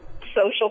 social